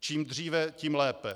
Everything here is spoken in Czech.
Čím dříve, tím lépe.